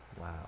Wow